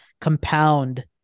compound